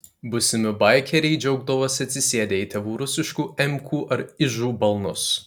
būsimi baikeriai džiaugdavosi atsisėdę į tėvų rusiškų emkų ar ižų balnus